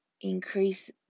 increase